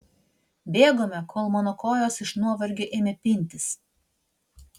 bėgome kol mano kojos iš nuovargio ėmė pintis